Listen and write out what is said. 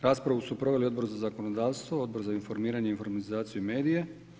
Raspravu su proveli Odbor za zakonodavstvo, Odbor za informiranje i informatizaciju i medije.